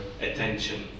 attention